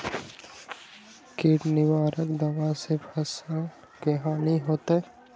किट निवारक दावा से फसल के हानियों होतै?